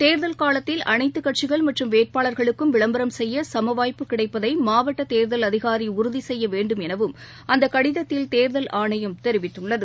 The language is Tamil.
தேர்தல் காலத்தில் அனைத்துகட்சிகள் மற்றும் வேட்பாளர்களுக்கும் விளம்பரம் செய்யசமவாய்ப்பு கிடைப்பதைமாவட்டதேர்தல் அதிகாரிஉறுதிசெய்யவேண்டும் எனவும் அந்தக் ஆணையம் தெரிவித்துள்ளது